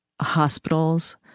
hospitals